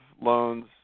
loans